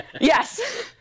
Yes